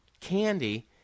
candy